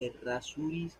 errázuriz